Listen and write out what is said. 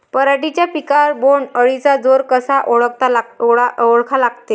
पराटीच्या पिकावर बोण्ड अळीचा जोर कसा ओळखा लागते?